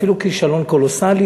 אפילו כישלון קולוסלי,